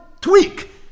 tweak